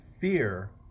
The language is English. fear